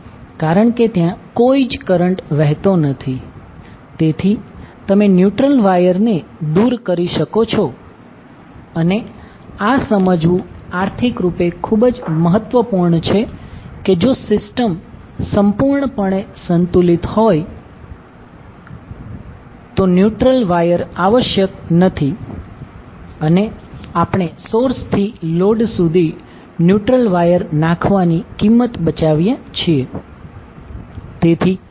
કારણ કે ત્યાં કોઈ કરંટ વહેતો નથી તેથી તમે ન્યુટ્રલ વાયરને દૂર કરી શકો છો અને આ સમજવું આર્થિક રૂપે ખૂબ જ મહત્વપૂર્ણ છે કે જો સિસ્ટમ સંપૂર્ણપણે સંતુલિત હોય તો ન્યુટ્રલ વાયર આવશ્યક નથી અને આપણે સોર્સથી લોડ સુધી ન્યુટ્રલ વાયર નાખવાની કિંમત બચાવીએ છીએ